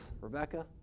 Rebecca